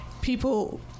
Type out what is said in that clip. people